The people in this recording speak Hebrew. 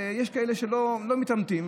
ויש כאלה שלא מתעמתים.